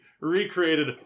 recreated